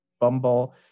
bumble